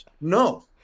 No